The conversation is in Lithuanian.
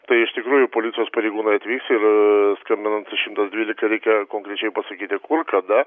tai iš tikrųjų policijos pareigūnai atvyks ir skambinant šimtas dvylika reikia konkrečiai pasakyti kur kada